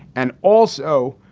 and also,